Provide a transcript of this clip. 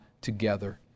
together